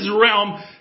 realm